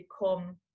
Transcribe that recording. become